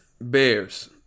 Bears